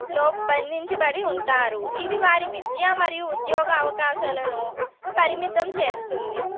లో బంధించబడి ఉంటారు ఇది వారి విద్య మరియు ఉద్యోగ అవకాశాలను పరిమితం చేస్తుంది